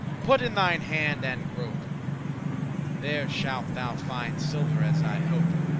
put in thine hand and grope there shalt thou finde silver, as i hope.